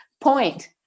point